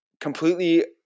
completely